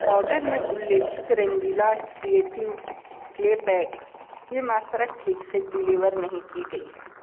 order में उल्लेखित Rangeela creative clay pack की मात्रा ठीक से डिलीवर नहीं की गई है